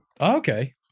Okay